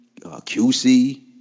QC